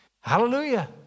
Hallelujah